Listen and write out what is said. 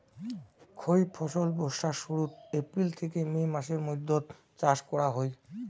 খরিফ ফসল বর্ষার শুরুত, এপ্রিল থেকে মে মাসের মৈধ্যত চাষ করা হই